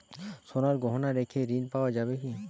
সোনার গহনা রেখে ঋণ পাওয়া যাবে কি?